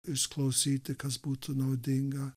išklausyti kas būtų naudinga